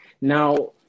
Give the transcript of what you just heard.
Now